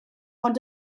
ond